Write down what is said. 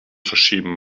verschieben